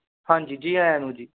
ਹਾਂਜੀ ਜੀ ਆਇਆ ਨੂੰ ਜੀ